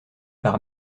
par